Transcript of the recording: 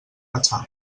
pachá